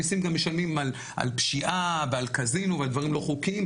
מיסים גם משלמים על פשיעה ועל קזינו ועל דברים לא חוקיים,